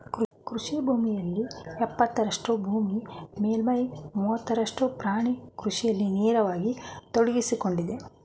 ಕೃಷಿ ಭೂಮಿಯಲ್ಲಿ ಎಪ್ಪತ್ತರಷ್ಟು ಭೂ ಮೇಲ್ಮೈಯ ಮೂವತ್ತರಷ್ಟು ಪ್ರಾಣಿ ಕೃಷಿಯಲ್ಲಿ ನೇರವಾಗಿ ತೊಡಗ್ಸಿಕೊಂಡಿದೆ